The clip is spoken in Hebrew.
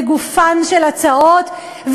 לגופן של הצעות,